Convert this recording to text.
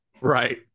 Right